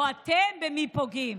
במי אתם פוגעים?